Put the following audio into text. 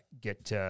get –